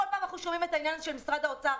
כל פעם אנחנו שומעים את העניין הזה של משרד האוצר,